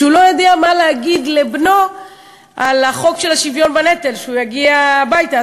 שהוא לא יודע מה להגיד לבנו על החוק של השוויון בנטל כשהוא יגיע הביתה.